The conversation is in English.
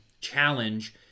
challenge